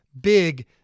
big